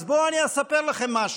אז בואו אני אספר לכם משהו,